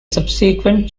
subsequent